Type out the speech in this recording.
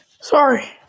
Sorry